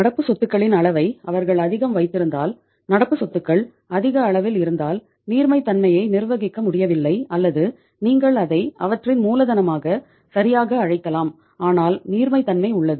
நடப்பு சொத்துகளின் அளவை அவர்கள் அதிகம் வைத்திருந்தால் நடப்பு சொத்துகள் அதிக அளவில் இருந்தால் நீர்மைத்தன்மையை நிர்வகிக்க முடியவில்லை அல்லது நீங்கள் அதை அவற்றின் மூலதனமாக சரியாக அழைக்கலாம் ஆனால் நீர்மைத்தன்மை உள்ளது